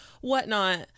whatnot